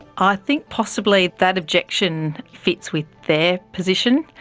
i think possibly that objection fits with their position,